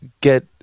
get